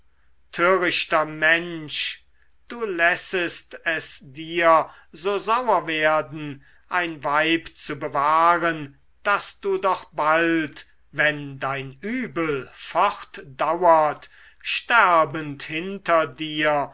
törichter mensch du lässest es dir so sauer werden ein weib zu bewahren das du doch bald wenn dein übel fortdauert sterbend hinter dir